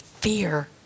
fear